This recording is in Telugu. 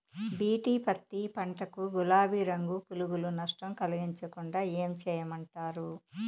బి.టి పత్తి పంట కు, గులాబీ రంగు పులుగులు నష్టం కలిగించకుండా ఏం చేయమంటారు?